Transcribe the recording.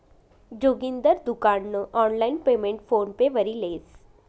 जोगिंदर दुकान नं online payment PhonePe worry लेस